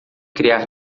criar